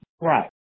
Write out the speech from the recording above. Right